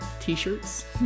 t-shirts